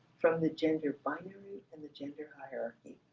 from the gender binary and the gender hierarchy.